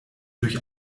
durch